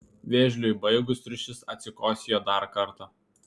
vėžliui baigus triušis atsikosėjo dar kartą